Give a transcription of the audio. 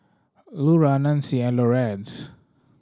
Lura Nanci and Lorenz